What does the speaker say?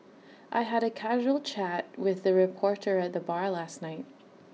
I had A casual chat with A reporter at the bar last night